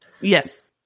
Yes